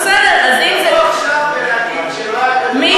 לבוא עכשיו ולהגיד שלא היה כדבר הזה זה באמת,